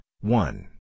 one